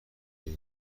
هایی